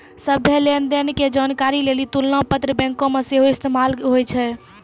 सभ्भे लेन देन के जानकारी लेली तुलना पत्र बैंको मे सेहो इस्तेमाल होय छै